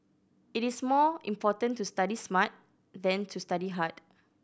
it is more important to study smart than to study hard